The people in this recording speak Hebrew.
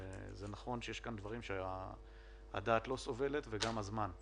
נכון שיש כאן דברים שהדעת לא סובלת וגם הזמן.